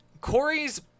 Corey's